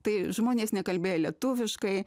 tai žmonės nekalbėję lietuviškai